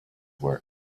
work